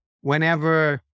whenever